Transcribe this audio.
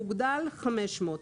בקנס מוגדל 500 שקלים.